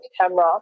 camera